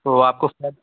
तो आपको